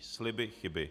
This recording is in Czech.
Sliby chyby.